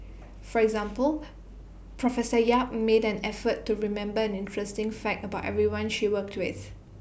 for example professor yap made an effort to remember an interesting fact about everyone she worked with